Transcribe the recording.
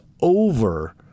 over